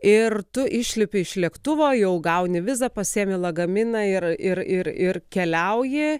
ir tu išlipi iš lėktuvo jau gauni vizą pasiėmi lagaminą ir ir ir ir keliauji